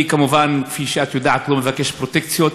אני, כמובן, כפי שאת יודעת, לא מבקש פרוטקציות,